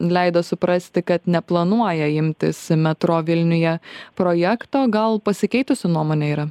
leido suprasti kad neplanuoja imtis metro vilniuje projekto gal pasikeitusi nuomonė yra